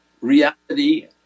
reality